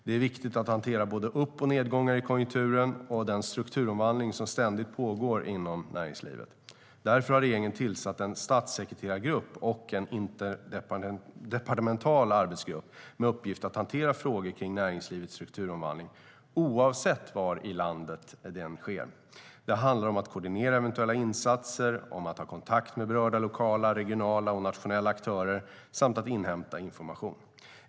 Det är viktigt att hantera både upp och nedgångar i konjunkturer och den strukturomvandling som ständigt pågår inom näringslivet. Därför har regeringen tillsatt en statssekreterargrupp och en interdepartemental arbetsgrupp med uppgift att hantera frågor kring näringslivets strukturomvandling oavsett var i landet den sker. Det handlar om att koordinera eventuella insatser och om att ha kontakt med berörda lokala, regionala och nationella aktörer samt att inhämta information.